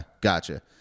gotcha